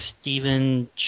Stephen